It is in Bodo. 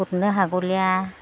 गुरनो हागलिया